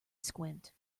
squint